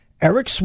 Eric